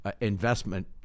investment